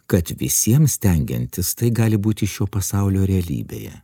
kad visiems stengiantis tai gali būti šio pasaulio realybėje